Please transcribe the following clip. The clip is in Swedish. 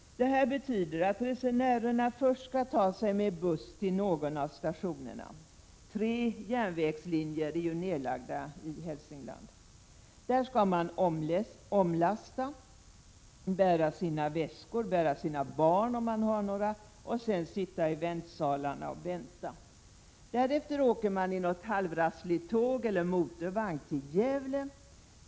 Detta betyder att resenärerna först skall ta sig med buss till någon av stationerna — tre järnvägslinjer är ju nedlagda i Hälsingland. Där skall de omlasta, bära sina väskor och eventuella barn och sedan sitta i väntsalarna och vänta. Därefter åker de i något halvrassligt tåg eller motorvagn till Gävle.